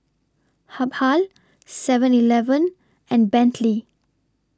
Habhal Seven Eleven and Bentley